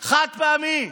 חד-פעמי.